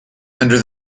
under